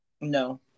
no